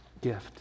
gift